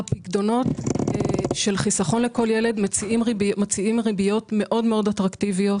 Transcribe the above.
הפיקדונות של חיסכון לכל ילד מציעים ריביות מאוד אטרקטיביות.